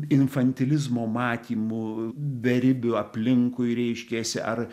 infantilizmo matymu beribių aplinkui reiškiasi ar